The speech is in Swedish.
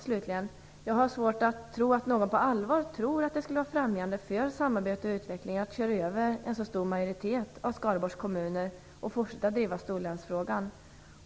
Slutligen har jag svårt att tro att någon på allvar tror att det skulle vara främjande för samarbete och utveckling att köra över en så stor majoritet av Skaraborgs kommuner och fortsätta driva storlänsfrågan.